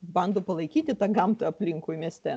bando palaikyti tą gamtą aplinkui mieste